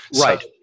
right